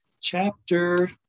chapter